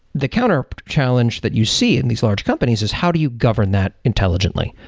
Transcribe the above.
the counter challenge that you see in these large companies is how do you govern that intelligently?